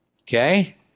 okay